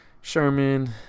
Sherman